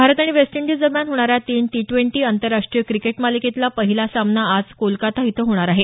भारत आणि वेस्टइंडीज दरम्यान होणाऱ्या तीन टी ट्वेंटी आंतरराष्ट्रीय क्रिकेट मालिकेतला पहिला सामना आज कोलकाता इथं होणार आहे